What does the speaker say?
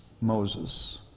Moses